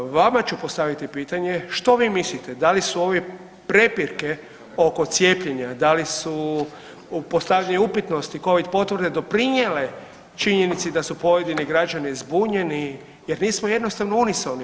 Vama ću postaviti pitanje, što vi mislite, da li su ovi prepirke oko cijepljenja, da li su u postavljanju upitnosti Covid potvrde doprinijele činjenici da su pojedini građani zbunjeni jer nismo jednostavno unisoni.